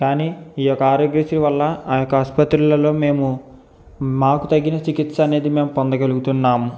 కానీ ఈ యొక్క ఆరోగ్యశ్రీ వల్ల ఆ యొక్క ఆస్పత్రులలో మేము మాకు తగిన చికిత్స అనేది మేము పొందగలుగుతున్నాము